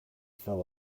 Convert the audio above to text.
fell